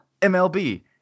MLB